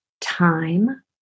time